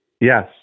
Yes